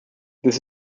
this